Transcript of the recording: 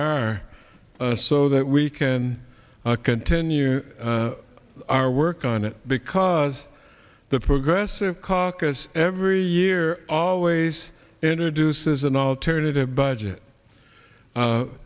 are so that we can continue our work on it because the progressive caucus every year always introduces an alternative budget